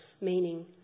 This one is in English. meaning